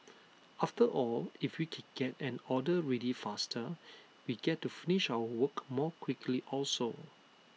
after all if we can get an order ready faster we get to finish our work more quickly also